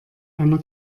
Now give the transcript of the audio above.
einer